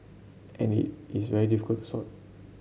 and it's very difficult to sort